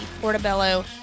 Portobello